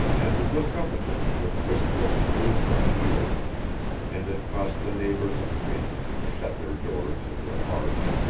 and look up at them with wistful, mute appeal and it cost the neighbors a pang to shut their doors and their hearts,